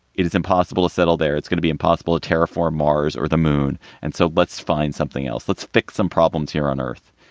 it is impossible to settle there. it's gonna be impossible to terraform mars or the moon. and so let's find something else. let's fix some problems here on earth.